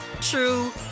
true